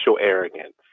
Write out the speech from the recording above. arrogance